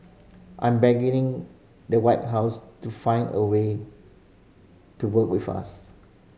I'm begging the White House to find a way to work with us